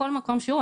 כל מקום שהוא,